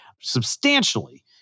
substantially